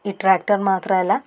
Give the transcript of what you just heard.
ഈ ട്രാക്ടർ മാത്രമല്ല